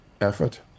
effort